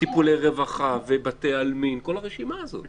טיפולי רווחה ובתי עלמין, כל הרשימה הזאת.